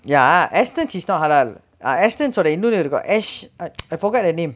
ya Astons is not halal Astons ஓட இன்னொன்னு இருக்கோ:oda innonnu irukko ash~ I forget the name